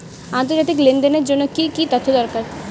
আন্তর্জাতিক লেনদেনের জন্য কি কি তথ্য দরকার?